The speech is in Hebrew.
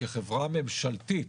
כחברה ממשלתית.